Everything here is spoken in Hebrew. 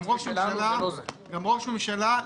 גם ראש ממשלה,